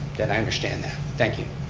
then i understand that. thank you.